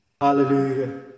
Hallelujah